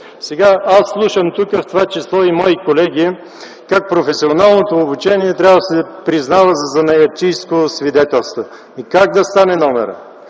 Сега слушам тук, в това число и мои колеги, как професионалното обучение трябва да се признава за занаятчийско свидетелство. Но как да стане номерът?!